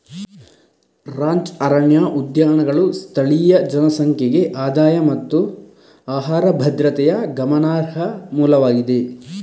ranch ಅರಣ್ಯ ಉದ್ಯಾನಗಳು ಸ್ಥಳೀಯ ಜನಸಂಖ್ಯೆಗೆ ಆದಾಯ ಮತ್ತು ಆಹಾರ ಭದ್ರತೆಯ ಗಮನಾರ್ಹ ಮೂಲವಾಗಿದೆ